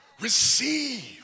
Receive